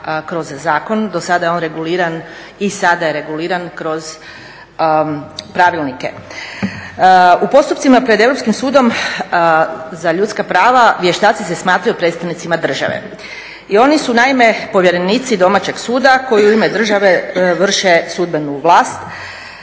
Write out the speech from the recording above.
kroz zakon. do sada je on reguliran i sada je reguliran kroz pravilnike. U postupcima pred Europskim sudom za ljudska prava vještaci se smatraju predstavnicima države i oni su povjerenici domaćeg suda koji u ime države vrše sudbenu vlast.